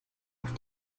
auf